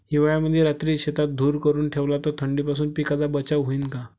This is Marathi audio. हिवाळ्यामंदी रात्री शेतात धुर करून ठेवला तर थंडीपासून पिकाचा बचाव होईन का?